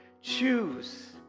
choose